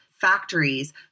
factories